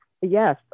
yes